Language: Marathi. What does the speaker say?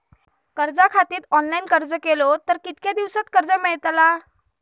कर्जा खातीत ऑनलाईन अर्ज केलो तर कितक्या दिवसात कर्ज मेलतला?